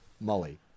Molly